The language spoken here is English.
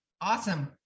awesome